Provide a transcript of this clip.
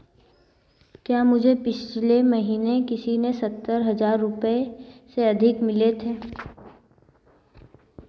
क्या मुझे पिछले महीने किसी ने सत्तर हज़ार रुपये से अधिक मिले थे